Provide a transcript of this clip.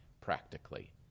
practically